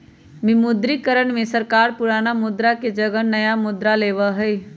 विमुद्रीकरण में सरकार पुराना मुद्रा के जगह नया मुद्रा लाबा हई